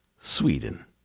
Sweden